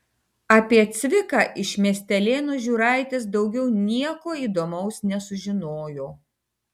apie cviką iš miestelėnų žiūraitis daugiau nieko įdomaus nesužinojo